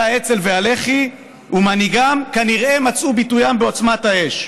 האצ"ל והלח"י ומנהיגם כנראה מצאו ביטויים בעוצמת האש.